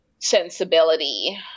sensibility